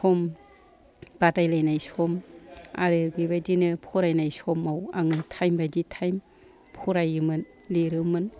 सम बादायलायनाय सम आरो बेबायदिनो फरायनाय समाव आं टाइम बायदि टाइम फरायोमोन लिरोमोन